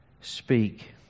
Speak